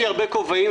יש לי הרבה כובעים,